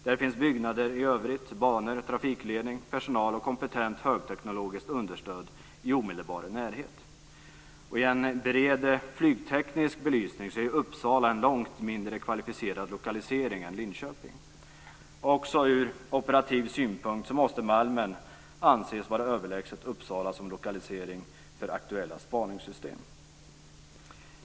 Det finns byggnader i övrigt, banor, trafikledning, personal och kompetent högteknologiskt understöd i omedelbar närhet. I en bred flygteknisk belysning är Uppsala en långt mindre kvalificerad lokalisering än Linköping. Också ur operativ synpunkt måste Malmen anses vara överlägset Uppsala som lokalisering för aktuella spaningssystem.